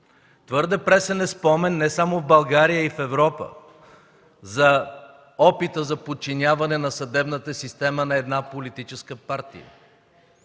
Твърде пресен е споменът не само в България, а и в Европа, за опита за подчиняване на съдебната система на една политическа партия.